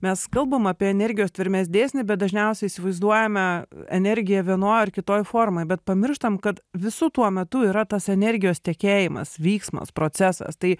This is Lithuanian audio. mes kalbam apie energijos tvermės dėsnį bet dažniausiai įsivaizduojame energiją vienoj ar kitoj formoj bet pamirštam kad visu tuo metu yra tos energijos tekėjimas vyksmas procesas tai